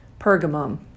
Pergamum